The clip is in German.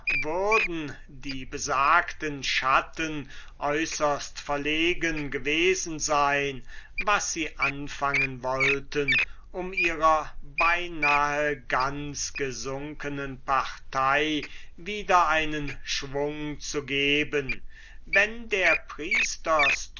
würden die besagten schatten äußerst verlegen gewesen sein was sie anfangen wollten um ihrer beinahe ganz gesunknen partei wieder einen schwung zu geben wenn der priester